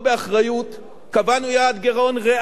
קבענו יעד גירעון ריאלי של 3%,